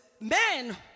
men